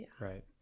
right